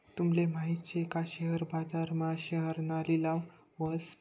तूमले माहित शे का शेअर बाजार मा शेअरना लिलाव व्हस